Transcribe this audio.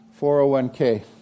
401k